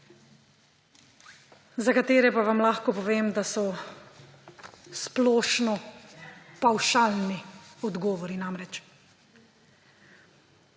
za katere pa vam lahko povem, da so splošno pavšalni – odgovori namreč.